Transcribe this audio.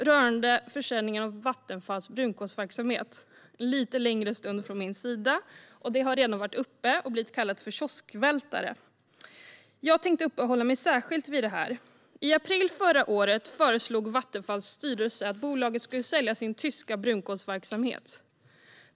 Rörande försäljningen av Vattenfalls brunkolsverksamhet kommer redogörelsen att ta en lite längre stund från min sida. Detta har redan varit uppe och blivit kallat för kioskvältare. Jag tänkte uppehålla mig särskilt vid det här. I april förra året föreslog Vattenfalls styrelse att bolaget skulle sälja sin tyska brunkolsverksamhet.